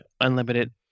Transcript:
unlimited